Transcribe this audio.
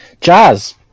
Jazz